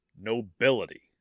nobility